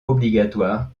obligatoires